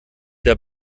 der